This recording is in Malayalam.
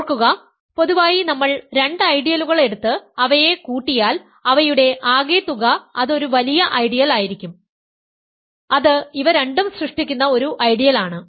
ഓർക്കുക പൊതുവായി നമ്മൾ രണ്ട് ഐഡിയലുകൾ എടുത്ത് അവയെ കൂട്ടിയാൽ അവയുടെ ആകെത്തുക അത് ഒരു വലിയ ഐഡിയൽ ആയിരിക്കും അത് ഇവ രണ്ടും സൃഷ്ടിക്കുന്ന ഒരു ഐഡിയൽ ആണ്